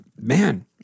Man